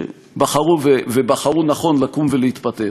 שבחרו, ובחרו נכון, לקום ולהתפטר.